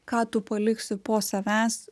ką tu paliksi po savęs